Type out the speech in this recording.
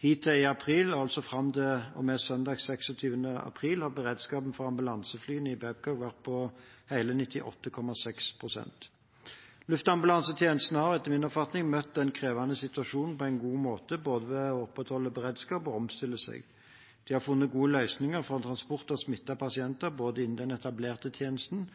Hittil i april, altså fram til og med søndag 26. april, har beredskapen for ambulanseflyene til Babcock vært på hele 98,6 pst. Luftambulansetjenesten har, etter min oppfatning, møtt denne krevende situasjonen på en god måte, både ved å opprettholde beredskapen og ved å omstille seg. De har funnet gode løsninger for transport av smittede pasienter både i den etablerte tjenesten